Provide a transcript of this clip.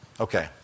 Okay